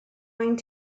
mind